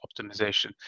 optimization